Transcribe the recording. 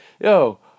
yo